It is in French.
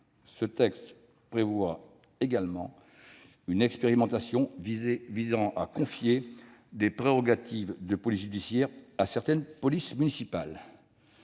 Ce texte prévoit également une expérimentation visant à confier des prérogatives de police judiciaire à certaines polices municipales.